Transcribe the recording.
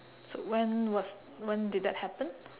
so when was when did that happen